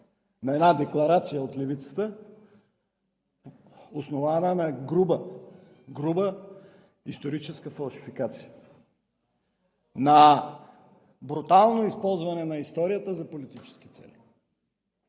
на една декларация от Левицата, основана на груба историческа фалшификация, на брутално използване на историята за политически цели.